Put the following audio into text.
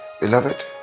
Beloved